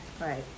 Right